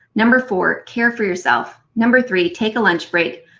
number four, care for yourself. number three, take a lunch break.